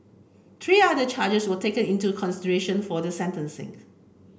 three other charges were taken into consideration for the sentencing